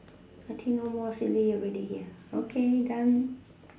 I think no more silly already okay done